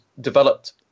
developed